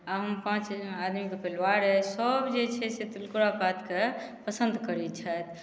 आओर हमर पाँच आदमीके जे परिवार अछि सब जे छै से तिलकोरा पातके पसन्द करै छथि